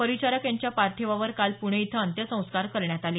परिचारक यांच्या पार्थिवावर काल पणे इथं अंत्यसंस्कार करण्यात आले